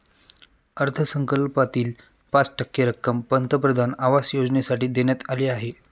अर्थसंकल्पातील पाच टक्के रक्कम पंतप्रधान आवास योजनेसाठी देण्यात आली आहे